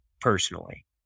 personally